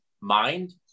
mind